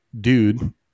dude